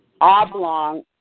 oblong